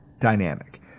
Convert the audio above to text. dynamic